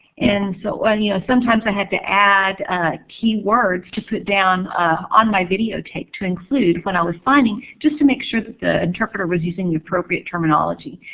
and so you know sometimes i had to add keywords to put down on my videotape to include when i was signing, just to make sure that the interpreter was using the appropriate terminology.